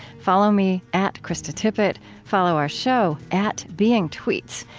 follow me at kristatippett follow our show at beingtweets.